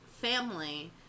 family